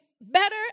better